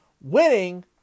winning